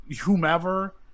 whomever